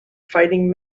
fighting